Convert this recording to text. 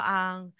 ang